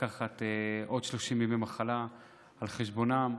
לקחת עוד 30 ימי מחלה על חשבונם,